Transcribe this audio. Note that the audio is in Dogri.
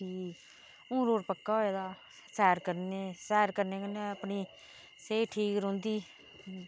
कि हुन रोड पक्का होए दा सैर करने सैर करने कन्नै अपनी सेहत ठीक रौहंदी